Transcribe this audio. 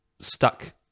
stuck